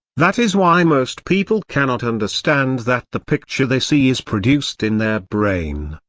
that is why most people cannot understand that the picture they see is produced in their brain,